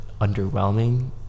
underwhelming